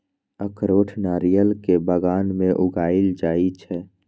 अखरोट नारियल के बगान मे उगाएल जाइ छै